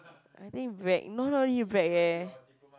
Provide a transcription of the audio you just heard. I didn't brag no no you brag eh